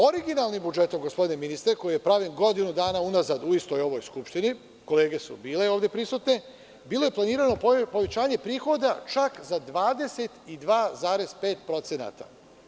Originalnim budžetom, gospodine ministre, koji je pravljen godinu dana unazad, u istoj ovoj Skupštini, kolege su bile ovde prisutne, bilo je planirano povećanje prihoda, čak za 22,5%